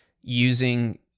using